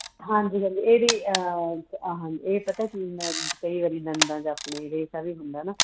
ਹਾਂਜੀ ਹਾਂਜੀ ਇਹ ਵੀ ਹਾਂਜੀ ਇਹ ਪਤਾ ਕੀ ਹੁੰਦਾ ਕਈ ਵਾਰੀ ਦੰਦਾਂ ਚ ਆਪਣੇ ਰੇਸ਼ਾ ਵੀ ਹੁੰਦਾ ਨਾ